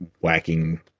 whacking